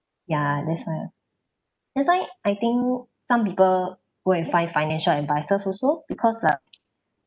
ya there's a that's why I think some people go and find financial advisers also because uh